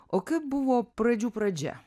o kaip buvo pradžių pradžia